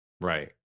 Right